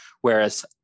Whereas